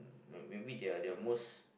um maybe their their most